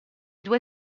due